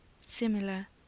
similar